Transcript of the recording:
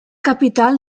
capital